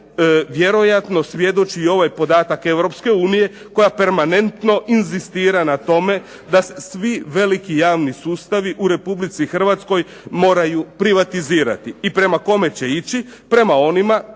vjerojatno svjedoči i ovaj podatak Europske unije koja permanentno inzistira na tome da svi veliki javni sustavi u Republici Hrvatskoj moraju privatizirati. I prema kome će ići? Prema onima